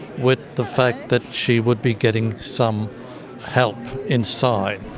with the fact that she would be getting some help inside.